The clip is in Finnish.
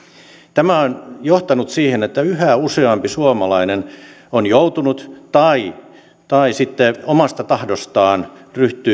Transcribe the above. tämä on johtanut siihen että yhä useampi suomalainen on joutunut yrittäjäksi tai sitten omasta tahdostaan